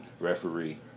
referee